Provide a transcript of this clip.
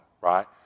right